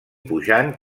pujant